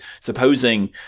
supposing